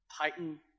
Titan